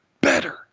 better